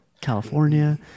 california